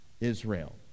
Israel